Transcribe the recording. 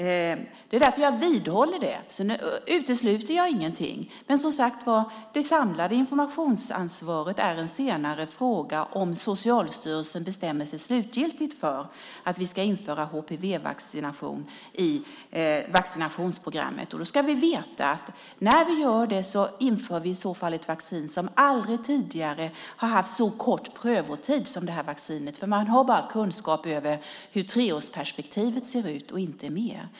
Det är därför jag vidhåller det, men jag utesluter ingenting. Men, som sagt var, det samlade informationsansvaret är en senare fråga om Socialstyrelsen bestämmer sig slutgiltigt för att vi ska införa HPV-vaccination i vaccinationsprogrammet. När vi gör det ska vi veta att vi i så fall inför ett vaccin med en prövotid som aldrig tidigare har varit så kort som för det här vaccinet. Man har bara kunskap om hur treårsperspektivet ser ut och inte mer.